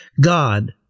God